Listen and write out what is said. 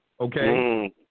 Okay